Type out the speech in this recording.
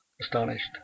astonished